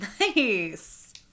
Nice